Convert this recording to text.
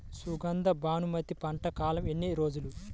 సుగంధ బాసుమతి పంట కాలం ఎన్ని రోజులు?